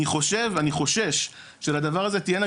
אני חושב ואני חושש שלדבר הזה גם תהיינה